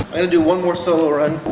gonna do one more solo run